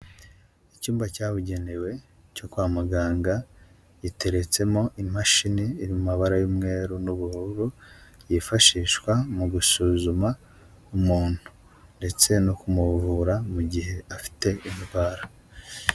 Icyumba cyabugenewe cyo kwa muganga, giteretsemo imashini iri mu mabara y'umweru n'ubururu, yifashishwa mu gusuzuma umuntu ndetse no kumuvura mu gihe afite indwara.